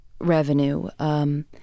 revenue